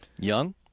young